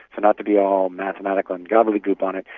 so not to be all mathematical and gobbledygook on it,